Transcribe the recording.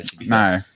No